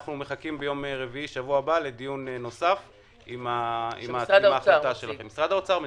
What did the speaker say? אנחנו מחכים ביום רביעי לדיון נוסף עם ההחלטה שלכם שמשרד האוצר מציג.